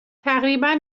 تقریبا